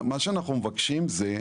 מה שאנחנו מבקשים זה,